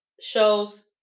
shows